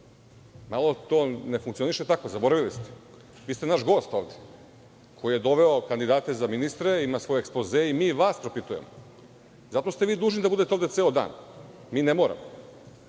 Malo tone funkcioniše tako. Zaboravili ste. Vi ste naš gost ovde, koji je doveo kandidate za ministre, ima svoj ekspoze, mi vas propitujemo. Zato ste vi dužni da budete ovde ceo dan. Mi ne moramo.